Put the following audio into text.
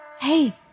Hey